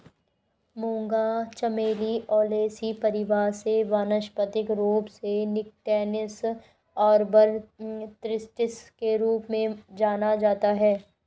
मूंगा चमेली ओलेसी परिवार से वानस्पतिक रूप से निक्टेन्थिस आर्बर ट्रिस्टिस के रूप में जाना जाता है